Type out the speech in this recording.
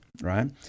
right